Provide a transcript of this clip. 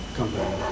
company